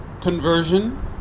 conversion